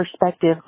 perspective